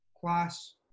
class